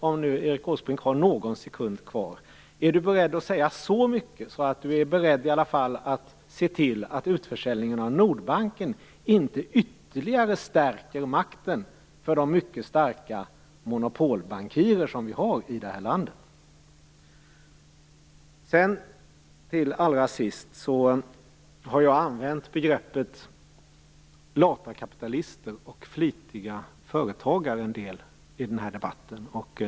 Om Erik Åsbrink har någon sekund kvar: Kan han säga så mycket att han är beredd att se till att utförsäljningen av Nordbanken inte ytterligare stärker makten för de mycket starka monopolbankirer vi har i det här landet? Jag har använt begreppet "lata kapitalister och flitiga företagare" en del i debatten.